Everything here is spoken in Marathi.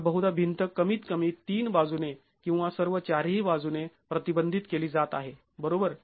तर बहुदा भिंत कमीत कमी तीन बाजूने किंवा सर्व चारही बाजूने प्रतिबंधित केली जात आहे बरोबर